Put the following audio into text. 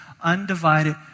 undivided